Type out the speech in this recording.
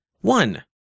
One